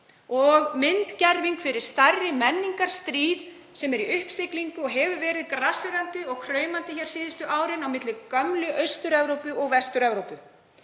og myndgerving fyrir stærra menningarstríð sem er í uppsiglingu og hefur verið grasserandi og kraumandi síðustu árin á milli gömlu Austur-Evrópu og Vestur-Evrópu.